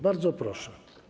Bardzo proszę.